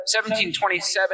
1727